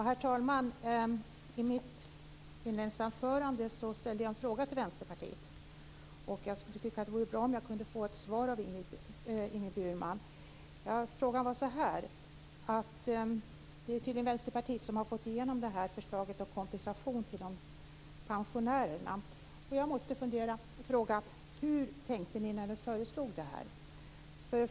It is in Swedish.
Herr talman! I mitt inledningsanförande ställde jag en fråga till Vänsterpartiet. Det skulle vara bra om jag kunde få ett svar av Ingrid Burman. Det är tydligen Vänsterpartiet som har fått igenom förslaget om kompensation till pensionärerna. Jag måste fråga: Hur tänkte ni när ni föreslog detta?